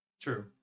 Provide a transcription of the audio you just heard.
True